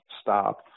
stop